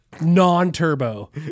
Non-turbo